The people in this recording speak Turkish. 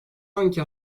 anki